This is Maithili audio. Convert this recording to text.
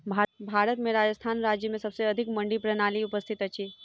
भारत में राजस्थान राज्य में सबसे अधिक मंडी प्रणाली उपस्थित अछि